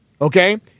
okay